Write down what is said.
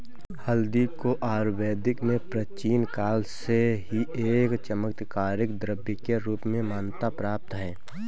हल्दी को आयुर्वेद में प्राचीन काल से ही एक चमत्कारिक द्रव्य के रूप में मान्यता प्राप्त है